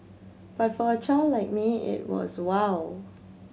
but for a child like me it was wow